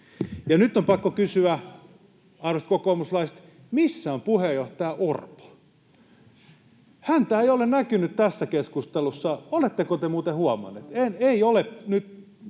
nyt on pakko kysyä, arvoisat kokoomuslaiset, missä on puheenjohtaja Orpo? Häntä ei ole näkynyt tässä keskustelussa, oletteko te muuten huomanneet? Ei ole nyt